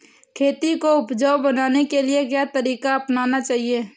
खेती को उपजाऊ बनाने के लिए क्या तरीका अपनाना चाहिए?